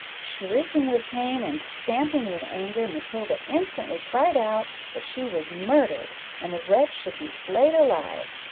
shrieking with pain, and stamping with anger, matilda instantly cried out that she was murdered, and the wretch should be flayed alive.